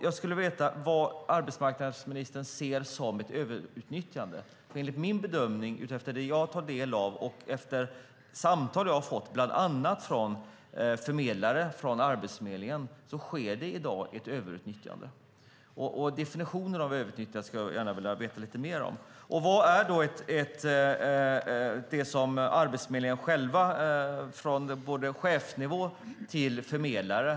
Jag skulle vilja veta vad arbetsmarknadsministern ser som ett överutnyttjande. Enligt min bedömning, utifrån det jag tar del av och de samtal jag har fått, bland annat från förmedlare på Arbetsförmedlingen, sker det i dag ett överutnyttjande. Definitionen av överutnyttjande skulle jag gärna vilja veta lite mer om. Vad är då det som Arbetsförmedlingen själv ger uttryck för, från chefsnivå till förmedlare?